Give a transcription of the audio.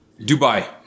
Dubai